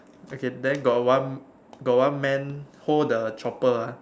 okay then got one got one man hold the chopper ah